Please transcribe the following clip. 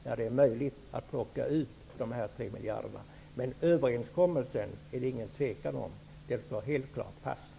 Men det är inget tvivel om att överenskommelsen helt klart står fast.